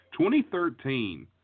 2013